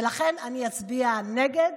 ולכן אני אצביע נגד